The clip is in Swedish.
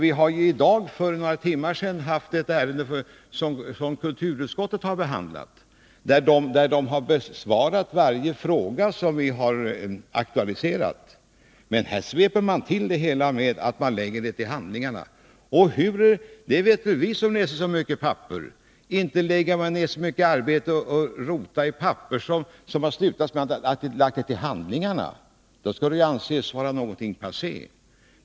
Vi har i dag för några timmar sedan haft uppe ett ärende som kulturutskottet har behandlat. Utskottet har besvarat varje fråga som vi har aktualiserat. Men här sveper man till med att lägga förslaget till handlingarna. Vi som läser så mycket vet ju att man inte lägger ner så mycket arbete på papper som avslutas med att frågan läggs till handlingarna. Då anses det vara något passé.